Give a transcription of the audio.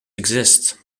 exist